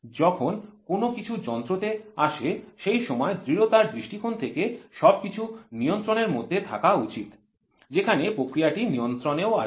যখন কোন কিছু যন্ত্র তে আসে সেই সময় দৃঢ়তার দৃষ্টিকোণ থেকে সবকিছু নিয়ন্ত্রণের মধ্যে থাকা উচিত যেখানে প্রক্রিয়াটিও নিয়ন্ত্রণে আছে